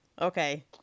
Okay